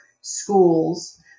schools